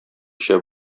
эчә